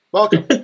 Welcome